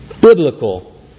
Biblical